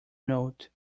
note